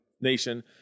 nation